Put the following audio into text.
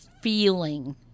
feeling